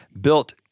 built